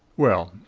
well,